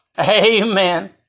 Amen